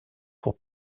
pour